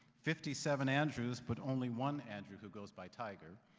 fifty seven andrews, but only one andrew who goes by tiger.